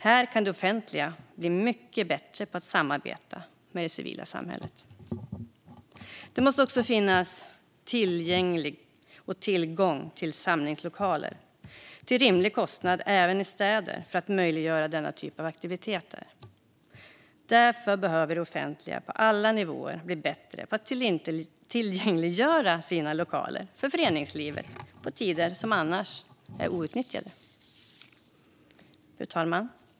Här kan det offentliga bli mycket bättre på att samarbeta med det civila samhället. Det måste också finnas tillgång till samlingslokaler till rimlig kostnad även i städer för att möjliggöra denna typ av aktiviteter. Därför behöver det offentliga på alla nivåer bli bättre på att tillgängliggöra sina lokaler för föreningslivet på tider som annars är outnyttjade. Fru talman!